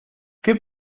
qué